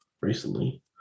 recently